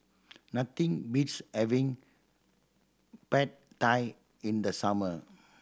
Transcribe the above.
nothing beats having Pad Thai in the summer